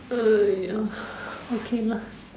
!aiyo! okay lah